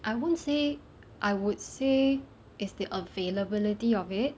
I won't say I would say is the availability of it